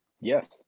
Yes